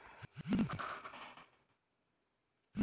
ज़्यादा आर्द्रता गन्ने की फसल को कैसे प्रभावित करेगी?